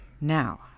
now